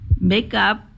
makeup